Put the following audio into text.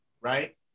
right